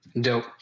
Dope